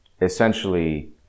essentially